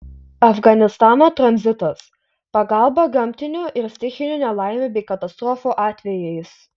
afganistano tranzitas pagalba gamtinių ir stichinių nelaimių bei katastrofų atvejais